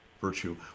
virtue